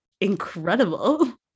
incredible